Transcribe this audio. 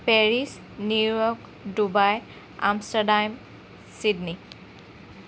Paris New York Dubai Amsterdam Sydney